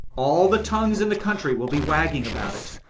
all the tongues in the country will be wagging about it,